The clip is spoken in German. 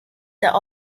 der